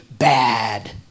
Bad